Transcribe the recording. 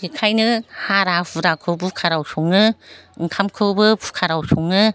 बेखायनो हारा हुराखौ कुकाराव सङो ओंखामखौबो कुकाराव सङो